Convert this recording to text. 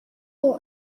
الان